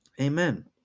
Amen